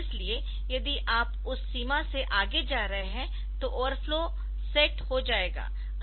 इसलिए यदि आप उस सीमा से आगे जा रहे है तो ओवरफ्लो सेट हो जाएगा अन्यथा ओवरफ्लो बिट 0 है